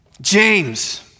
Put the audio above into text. James